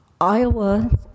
Iowa